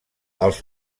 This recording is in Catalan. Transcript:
als